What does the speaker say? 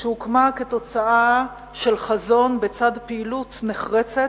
שהוקמה כתוצאה של חזון בצד פעילות נחרצת,